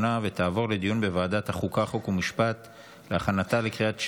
לוועדת החוקה, חוק ומשפט נתקבלה.